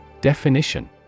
Definition